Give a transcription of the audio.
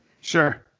Sure